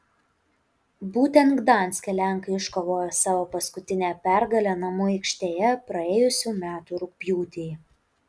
būtent gdanske lenkai iškovojo savo paskutinę pergalę namų aikštėje praėjusių metų rugpjūtį